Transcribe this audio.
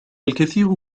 الكثير